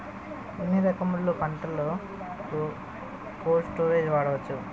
ఎన్ని రకములు పంటలకు కోల్డ్ స్టోరేజ్ వాడుకోవచ్చు?